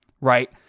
right